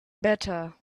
better